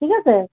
ঠিক আছে